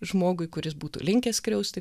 žmogui kuris būtų linkęs skriausti